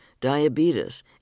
diabetes